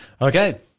Okay